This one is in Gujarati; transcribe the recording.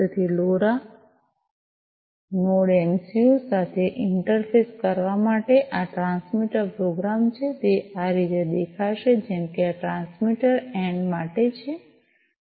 તેથી લોરા નોડ એમસિયું સાથે ઇન્ટરફેસ કરવા માટે આ આ ટ્રાન્સમીટર પ્રોગ્રામ છે તે આ રીતે દેખાશે જેમ કે આ ટ્રાન્સમીટર એન્ડ માટે છે